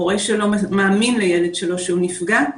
הורה שלא מאמין לילד שלו שהוא נפגע,